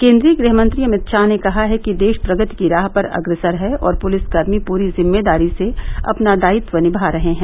केन्द्रीय गृहमंत्री अमित शाह ने कहा है कि देश प्रगति की राह पर अग्रसर है और पुलिसकर्मी पूरी जिम्मेदारी से अपना दायित्व निभा रहे हैं